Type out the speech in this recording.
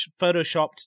photoshopped